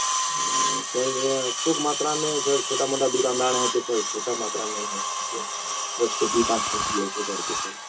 sir थौक मात्रा में सर छोटा मोटा दुकानदार हैं तो सर छोटा मात्रा में दस पेटी पाँच पेटी ऐसे करके सर